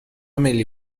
ملی